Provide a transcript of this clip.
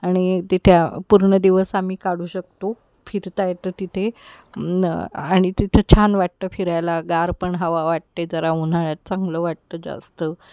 आणि तिथे पूर्ण दिवस आम्ही काढू शकतो फिरता येतं तिथे आणि तिथं छान वाटतं फिरायला गार पण हवा वाटते जरा उन्हाळ्यात चांगलं वाटतं जास्त